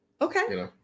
Okay